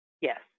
Yes